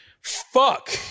Fuck